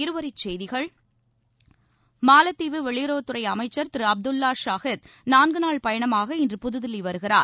இருவரி செய்திகள் மாலத்தீவு வெளியறவுத்துறை அமைச்சர் திரு அப்துல்லா ஷாஹித் நான்கு நாள் பயணமாக இன்று புதுதில்லி வருகிறார்